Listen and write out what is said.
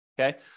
okay